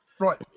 Right